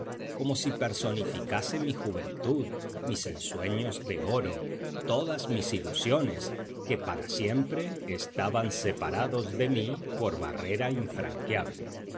como si personificase mi juventud mis ensueños de oro todas mis ilusiones que para siempre estaban separados de mí por barrera infranqueable